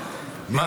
הסתכל עליו,